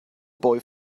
boy